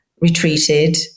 retreated